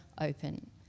open